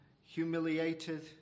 humiliated